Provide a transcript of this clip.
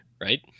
right